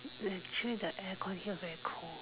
actually the air con here very cold